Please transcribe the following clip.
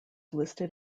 listed